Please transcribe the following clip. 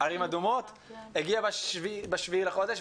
ערים אדומות הגיעו ב-7 לחודש,